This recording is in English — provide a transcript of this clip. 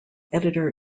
editor